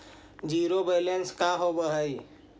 Zero balance का होव हइ?